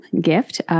GIFT